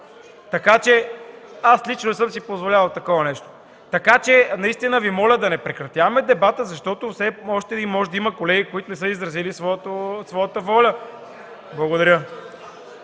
място. Аз лично не съм си позволявал такова нещо. Наистина Ви моля да не прекратяваме дебата, защото все още може да има колеги, които не са изразили своята воля. Благодаря.